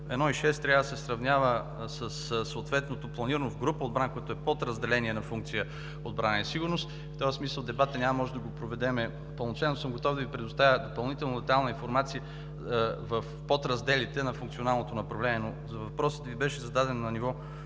1,6 трябва да се сравнява със съответното планиране в група „Отбрана“, което е подразделение на функция „Отбрана и сигурност“, и в този смисъл няма да можем да проведем дебата пълноценно. Готов съм да Ви предоставя допълнително детайлна информация в подразделите на функционалното направление. Въпросът Ви беше зададен на ниво